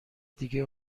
دیگه